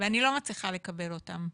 ואני לא מצליחה לקבל אותם.